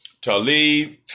Talib